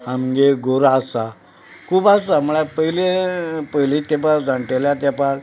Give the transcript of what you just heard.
आमगे गोरवां आसा खूब आसा म्हणल्यार पयलीं पयलीं तेंपार जांणट्यांच्या तेंपार